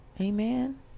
Amen